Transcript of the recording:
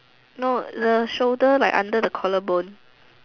no the shoulder like under the collarbone